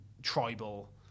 Tribal